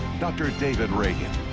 dr. david reagan.